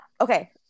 Okay